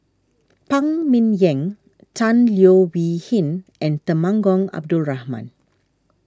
Phan Ming Yen Tan Leo Wee Hin and Temenggong Abdul Rahman